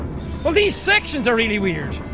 well these sections are really weird